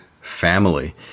family